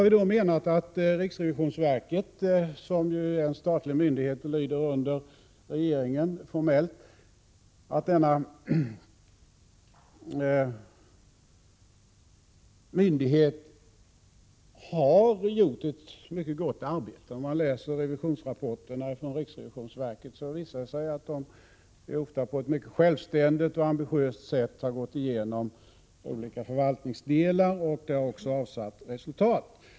Vidare menar vi att riksrevisionsverket, som ju är en statlig myndighet och formellt lyder under regeringen, har gjort ett mycket gott arbete. Om man läser revisionsrapporterna från riksrevisionsverket visar det sig att revisorerna där ofta på ett mycket självständigt och ambitiöst sätt har gått igenom olika förvaltningsdelar och att det arbetet också har avsatt resultat.